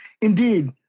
Indeed